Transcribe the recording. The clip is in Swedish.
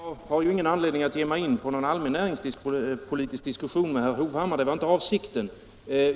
Herr talman! Jag har ingen anledning att ge mig in på någon allmän näringspolitisk diskussion med herr Hovhammar; det var inte avsikten.